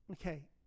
okay